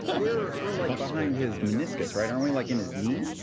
we're we're like behind his meniscus, right? aren't we like in his knee?